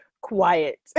quiet